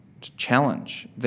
challenge